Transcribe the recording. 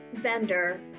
vendor